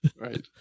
Right